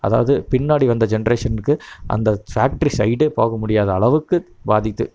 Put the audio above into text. அதாவது பின்னாடி வந்த ஜென்ரேஷனுக்கு அந்த ஃபேக்ட்ரி சைடே போக முடியாத அளவுக்கு பாதித்து